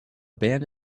band